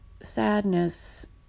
sadness